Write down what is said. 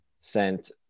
sent